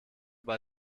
bei